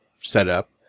setup